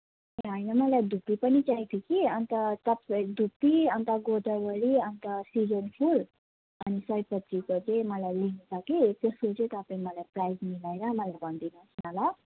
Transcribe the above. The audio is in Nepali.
ए होइन मलाई धुप्पी पनि चाहिएको थियो कि अन्त तपा धुप्पी अन्त गोदावरी अन्त सिजन फुल अनि सयपत्रीको चाहिँ मलाई लिनु छ कि त्यसको चाहिँ तपाईँ मलाई प्राइस मिलाएर मलाई भनिदिनुहोस् न ल